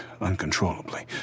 uncontrollably